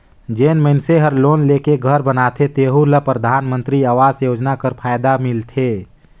जेन मइनसे हर लोन लेके घर बनाथे तेहु ल परधानमंतरी आवास योजना कर फएदा मिलथे